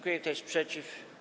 Kto jest przeciw?